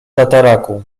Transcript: tataraku